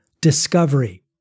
discovery